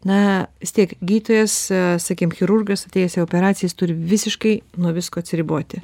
na vis tiek gydytojas sakykim chirurgas atėjęs į operaciją jis turi visiškai nuo visko atsiriboti